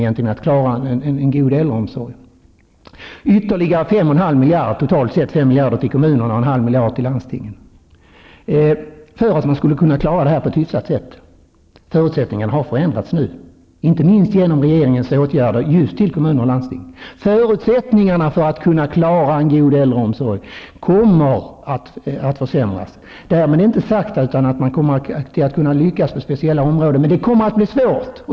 Det föreslogs ytterligare totalt fem miljarder kronor till kommunerna och en halv miljard till landstingen för att man skulle kunna klara det hela på ett hyfsat sätt. Nu har förutsättningarna ändrats, inte minst genom regeringens åtgärder beträffande just kommuner och landsting. Förutsättningarna att kunna klara en god äldreomsorg kommer att försämras. Därmed är det inte sagt att man inte kan lyckas på speciella områden, men det blir svårt.